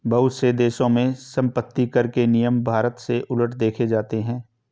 बहुत से देशों में सम्पत्तिकर के नियम भारत से उलट देखे जाते हैं